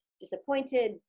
disappointed